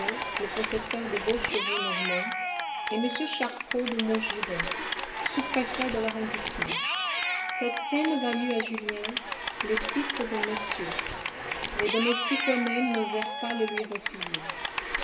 le possesseur des beaux chevaux normands et m charcot de maugiron sous-préfet de l'arrondissement cette scène valut à julien le titre de monsieur les domestiques eux-mêmes n'osèrent pas le lui refuser